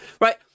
right